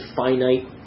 finite